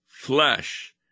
flesh